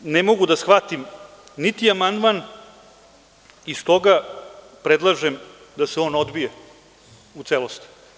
Ja zaista ne mogu da shvatim niti amandman i stoga predlažem da se on odbije u celosti.